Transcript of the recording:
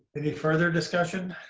any further discussion?